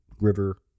River